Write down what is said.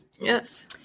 Yes